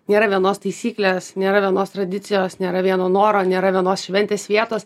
nėra vienos taisyklės nėra vienos tradicijos nėra vieno noro nėra vienos šventės vietos